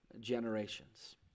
generations